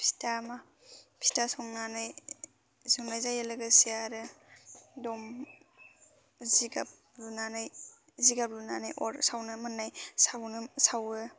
फिथा फिथा संनानै संनाय जायो लोगोसे आरो दम जिगाब लुनानै जिगाब लुनानै अर सावनो मोन्नाय सावनो सावो